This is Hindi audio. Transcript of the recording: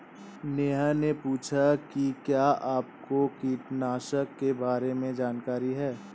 नेहा ने पूछा कि क्या आपको कीटनाशी के बारे में जानकारी है?